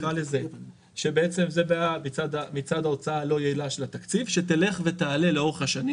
זו בעיה מצד ההוצאה הלא יעילה של התקציב שתלך ותעלה לאורך השנים.